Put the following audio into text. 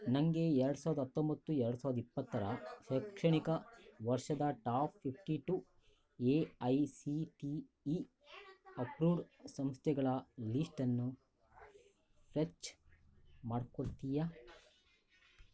ನನಗೆ ಎರಡು ಸಾವಿರದ ಅತ್ತೊಂಬತ್ತು ಎರಡು ಸಾವಿರದ ಇಪ್ಪತ್ತರ ಶೈಕ್ಷಣಿಕ ವರ್ಷದ top fifty two A I C T E approved ಸಂಸ್ಥೆಗಳ ಲೀಶ್ಟನ್ನು ಫೆಚ್ ಮಾಡಿಕೊಡ್ತೀಯಾ